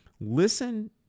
Listen